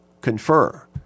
confer